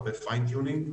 הרבה fine tuning,